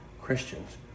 Christians